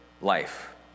life